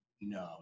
No